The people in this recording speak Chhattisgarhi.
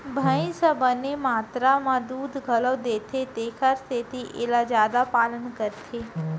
भईंस ह बने मातरा म दूद घलौ देथे तेकर सेती एला जादा पालन करथे